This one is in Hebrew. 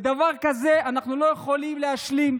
ועם דבר כזה אנחנו לא יכולים להשלים.